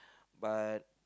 but